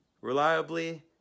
reliably